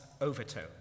overtone